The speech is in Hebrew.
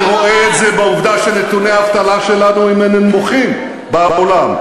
אני רואה את זה בעובדה שנתוני האבטלה שלנו הם מהנמוכים בעולם.